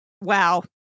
Wow